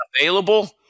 available